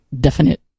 definite